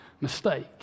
mistake